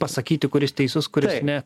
pasakyti kuris teisus kuris ne